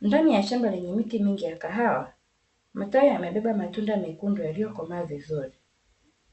Ndani ya shamba lenye miti mingi ya kahawa matawi yamebeba matunda mekundu yaliyokomaa vizuri